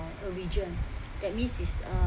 a region that means is uh